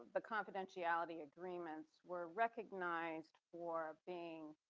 the confidentiality agreements were recognized for being